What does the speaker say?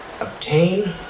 obtain